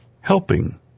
helping